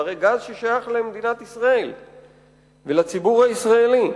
זה הרי גז ששייך למדינת ישראל ולציבור הישראלי,